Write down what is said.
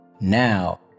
now